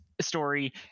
story